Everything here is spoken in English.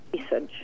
message